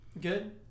Good